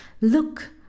Look